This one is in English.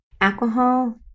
Alcohol